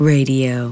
Radio